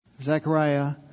Zechariah